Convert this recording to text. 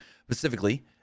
Specifically